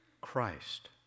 Christ